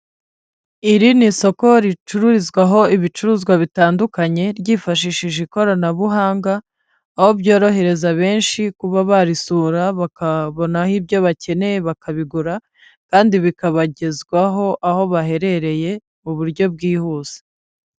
Iri ni isoko ricururizwaho ibicuruzwa bitandukanye, ryifashishije ikoranabuhanga, aho byorohereza benshi kuba barisura bakabonaho ibyo bakeneye bakabigura, kandi bikabagezwaho, aho baherereye mu buryo bwihuse.